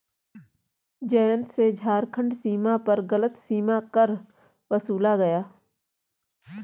जयंत से झारखंड सीमा पर गलत सीमा कर वसूला गया